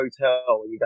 hotel